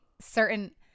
certain